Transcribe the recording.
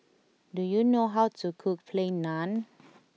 do you know how to cook Plain Naan